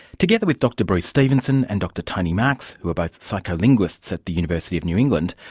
together with dr bruce stephenson and dr tony marks, who are both psycholinguists at the university of new england,